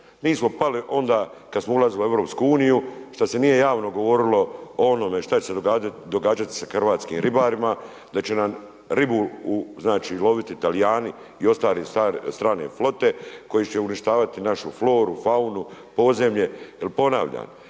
Nismo pali onda kad smo ulazili u EU, šta se nije javno govorilo o onome šta će se događati sa hrvatskim ribarima, da će nam ribu, znači loviti Talijani i ostale strane flote, koji će uništavati našu floru, faunu, podzemlje, jer ponavljam,